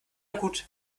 gut